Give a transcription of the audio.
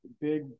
big